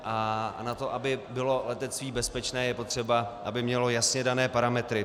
A na to, aby bylo letectví bezpečné, je potřeba, aby mělo jasně dané parametry.